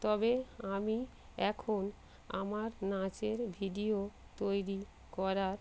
তবে আমি এখন আমার নাচের ভিডিও তৈরি করার